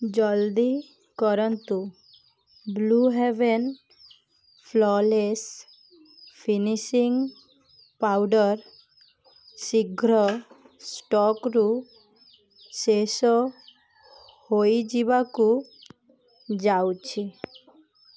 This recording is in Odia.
ଜଲ୍ଦି କରନ୍ତୁ Blue Heaven flawless finishing powder ଶୀଘ୍ର ଷ୍ଟକ୍ରୁ ଶେଷ ହୋଇଯିବାକୁ ଯାଉଛି